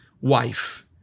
wife